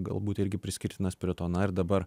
galbūt irgi priskirtinas prie to na ir dabar